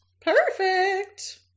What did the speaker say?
Perfect